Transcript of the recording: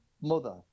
mother